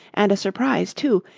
and a surprise, too.